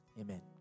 Amen